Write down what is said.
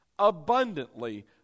abundantly